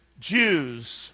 Jews